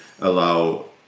allow